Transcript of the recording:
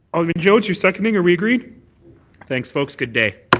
alderman jones you're seconding are we agreed thanks, folks, good day.